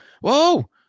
whoa